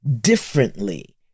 differently